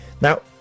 now